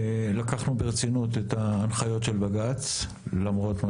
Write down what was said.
לקחנו ברצינות את ההנחיות של בג"ץ למרות מה